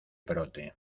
brote